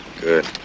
Good